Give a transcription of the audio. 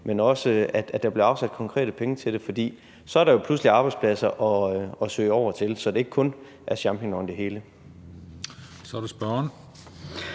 men også, at der bliver afsat konkrete penge til det. For så er der jo pludselig arbejdspladser at søge over til – så det ikke kun er champignoner det hele. Kl. 16:33 Den